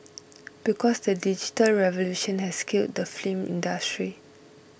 because the digital revolution has killed the film industry